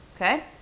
Okay